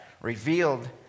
revealed